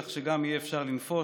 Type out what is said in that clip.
כך שגם יהיה אפשר לנפוש,